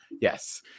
Yes